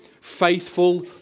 faithful